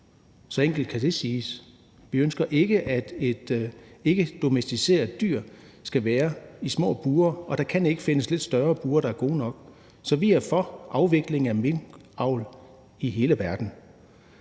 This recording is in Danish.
Så enkelt kan det siges. Vi ønsker ikke, at et ikkedomesticeret dyr skal være i små bure, og der kan ikke findes lidt større bure, der er gode nok. Så vi er for en afvikling af minkavl i hele verden.